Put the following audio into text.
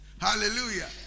hallelujah